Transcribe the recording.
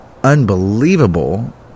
Unbelievable